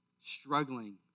struggling